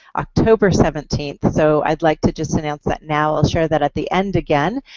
october seventeenth. so i'd like to just announce that now. i'll share that at the end again.